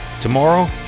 Tomorrow